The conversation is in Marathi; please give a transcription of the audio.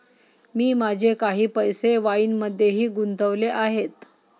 मी माझे काही पैसे वाईनमध्येही गुंतवले आहेत